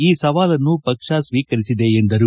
ಈ ಸವಾಲನ್ನು ಪಕ್ಷ ಸ್ವೀಕರಿಸಿದೆ ಎಂದರು